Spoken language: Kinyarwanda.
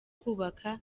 kubaka